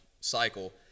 cycle